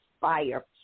fire